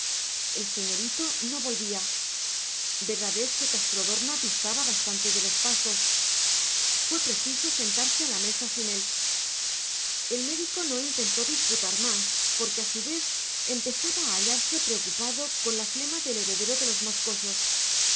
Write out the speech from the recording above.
el señorito no volvía verdad es que castrodorna distaba bastante de los pazos fue preciso sentarse a la mesa sin él el médico no intentó disputar más porque a su vez empezaba a hallarse preocupado con la flema del heredero de los moscosos